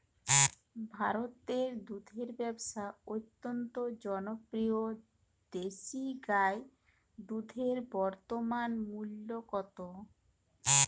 ভারতে দুধের ব্যাবসা অত্যন্ত জনপ্রিয় দেশি গাই দুধের বর্তমান মূল্য কত?